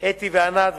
אתי וענת,